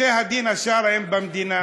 בתי-הדין השרעיים במדינה